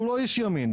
שהוא לא איש ימין.